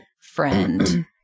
friend